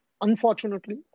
Unfortunately